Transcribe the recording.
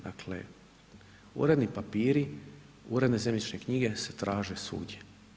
Dakle uredni papiri, uredne zemljišne knjige se traže svugdje.